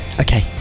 Okay